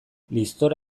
liztor